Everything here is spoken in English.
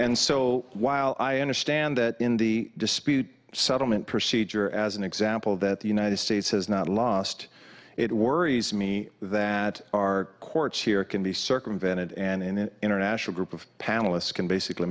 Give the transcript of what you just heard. and so while i understand that in the dispute settlement procedure as an example that the united states has not lost it worries me that our courts here can be circumvented and in an international group of panelists can basically